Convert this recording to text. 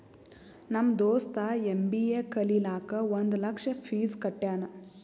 ನಮ್ ದೋಸ್ತ ಎಮ್.ಬಿ.ಎ ಕಲಿಲಾಕ್ ಒಂದ್ ಲಕ್ಷ ಫೀಸ್ ಕಟ್ಯಾನ್